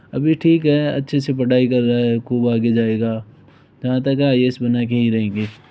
अभी ठीक है अच्छे से पढ़ाई कर रहा है खूब आगे जाएगा जहाँ तक है आई ए एस बना कर ही रहेंगे